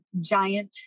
giant